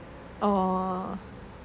!aww!